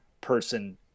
person